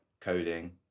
coding